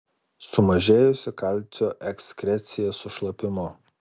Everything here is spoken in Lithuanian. sumažėjusi kalcio ekskrecija su šlapimu